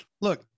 Look